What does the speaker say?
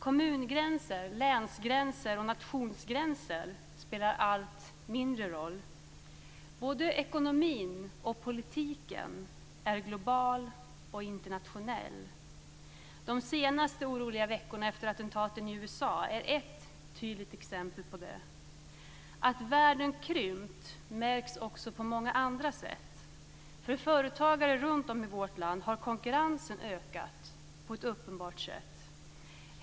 Kommungränser, länsgränser och nationsgränser spelar allt mindre roll. Både ekonomin och politiken är global och internationell. De senaste oroliga veckorna efter attentaten i USA är ett tydligt exempel på det. Att världen krympt märks också på många andra sätt. För företagare runt om i vårt land har konkurrensen ökat på ett uppenbart sätt.